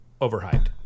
overhyped